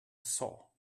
saw